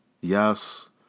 yes